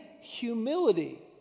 humility